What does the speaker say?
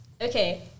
Okay